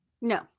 No